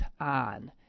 on